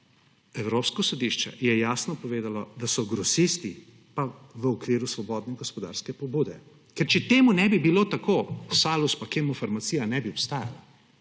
Evropsko sodišče jasno povedalo, da so grosisti pa v okviru svobodne gospodarske pobude. Ker če temu ne bi bilo tako, Salus in Kemofarmacija ne bi obstajala,